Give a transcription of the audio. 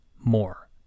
more